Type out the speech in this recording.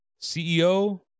CEO